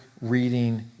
reading